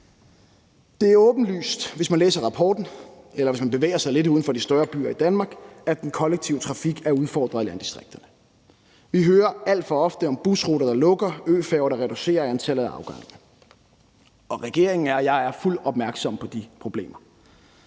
Det er åbenlyst, hvis man læser rapporten, eller hvis man bevæger sig lidt uden for de større byer i Danmark, at den kollektive trafik i landdistrikterne er udfordret. Vi hører alt for ofte om busruter, der lukker, og øfærger, der reducerer antallet af afgange, og regeringen og jeg er fuldt opmærksom på de problemer.